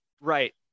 Right